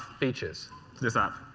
features. to this app.